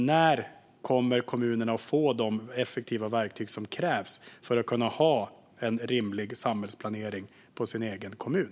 När kommer kommunerna att få de effektiva verktyg som krävs för att kunna utöva en rimlig samhällsplanering i sin egen kommun?